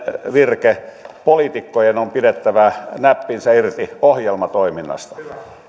virke poliitikkojen on pidettävä näppinsä irti ohjelmatoiminnasta